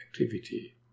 activity